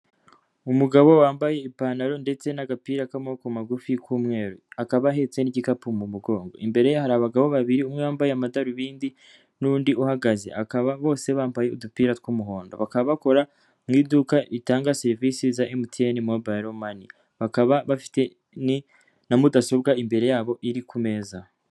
Umugabo wambaye ipantaro ndetse n'agapira k'amaboko magufi k'umweru, akaba ahetse n'igikapu mu mugongo imbere hari abagabo babiri umwe yambaye amadarubindi n'undi uhagaze, akaba bose bambaye udupira tw'umuhondo bakaba bakora mu iduka ritanga serivisi za MTN Mobile Money bakaba bafite na mudasobwa imbere yabo iri ku meza.